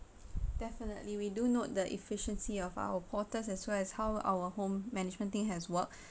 definitely we do note the efficiency of our porters as well as how our home management thing has worked